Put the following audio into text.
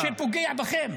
-- שפוגע בכם?